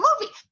movie